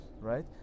right